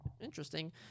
Interesting